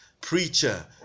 preacher